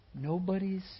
nobody's